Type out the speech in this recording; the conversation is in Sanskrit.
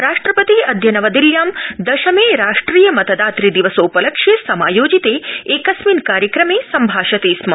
राष्ट्रपति अद्य नवदिल्यां दशमे राष्ट्रिय मतदातृ दिवसोपलक्ष्ये समायोजिते एकस्मिन् कार्यक्रमे सम्भाषते स्म